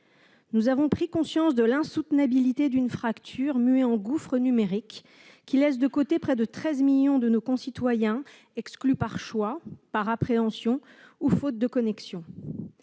Nous avons pris conscience de l'insoutenabilité d'une fracture muée en gouffre numérique, qui laisse de côté près de 13 millions de nos concitoyens, exclus par choix, par appréhension ou faute de connexion.